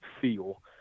feel